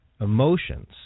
emotions